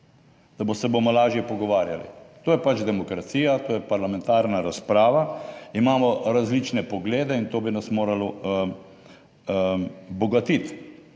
se bomo lažje pogovarjali. To je pač demokracija, to je parlamentarna razprava, imamo različne poglede in to bi nas moralo bogatiti,